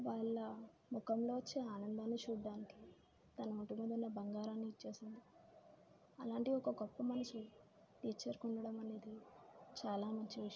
వాళ్ళ ముఖంలో వచ్చే ఆనందాన్నీ చూడటానికి తన ఒంటి మీద ఉన్న బంగారాన్ని ఇచ్చేసింది అలాంటి ఒక గొప్ప మనసు టీచర్కి ఉండటం అనేది చాలా మంచి విషయం